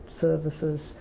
services